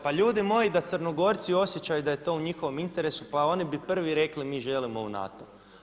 Pa ljudi moji da Crnogorci osjećaju da je to u njihovom interesu pa oni bi prvi rekli mi želimo u NATO.